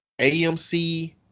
amc